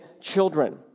children